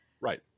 Right